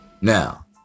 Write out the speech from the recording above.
Now